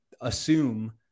assume